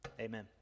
amen